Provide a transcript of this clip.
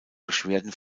beschwerden